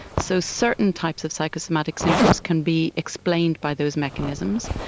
so certain types of psychosomatic symptoms can be explained by those mechanisms.